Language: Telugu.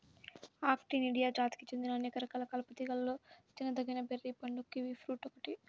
ఆక్టినిడియా జాతికి చెందిన అనేక రకాల కలప తీగలలో తినదగిన బెర్రీ పండు కివి ఫ్రూట్ ఒక్కటే